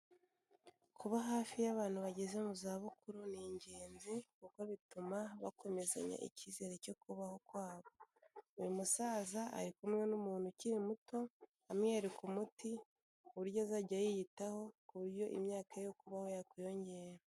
Kuba hafi y'abantu bageze mu zabukuru ni ingenzi kuko bituma bakomezanya icyizere cyo kubaho kwabo. Uyu musaza ari kumwe n'umuntu ukiri muto amwereka umuti, uburyo azajya yiyitaho ku buryo imyaka yo kubaho yakwiyongera.